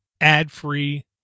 ad-free